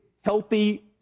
healthy